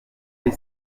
kuri